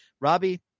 Robbie